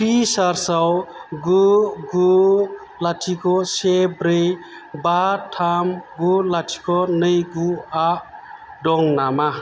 फ्रिसार्जआव गु गु लाथिख' से ब्रै बा थाम गु लाथिख' नै गु आ दं नामा